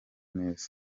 neza